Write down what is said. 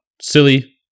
silly